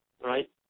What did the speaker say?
right